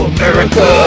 America